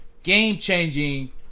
game-changing